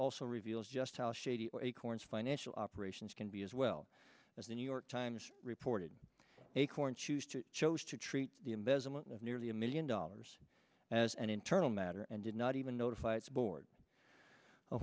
also reveals just how shady acorn's financial operations can be as well as the new york times reported acorn choose to chose to treat the embezzlement of nearly a million dollars as an internal matter and did not even notif